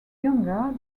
younger